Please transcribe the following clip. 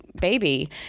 baby